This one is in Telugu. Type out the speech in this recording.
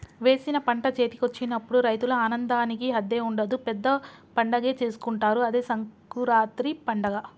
వేసిన పంట చేతికొచ్చినప్పుడు రైతుల ఆనందానికి హద్దే ఉండదు పెద్ద పండగే చేసుకుంటారు అదే సంకురాత్రి పండగ